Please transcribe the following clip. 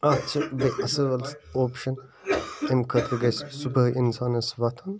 اَتھ چھِ بیٚیہٕ اصٕل آپشَن اَمہِ خٲطرٕ گََژھہِ صُبحٲے اِنسانَس وۄتھُن